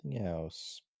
else